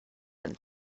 and